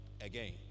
again